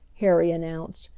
harry announced,